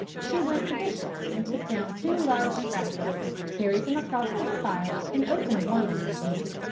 she went to the shelf, and took down two large scrap-books, carried them across to the fire, and opened one on her knees.